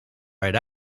right